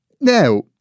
Now